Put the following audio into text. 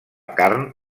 carn